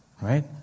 Right